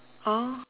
oh